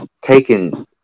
taken